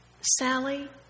Sally